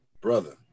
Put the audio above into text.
brother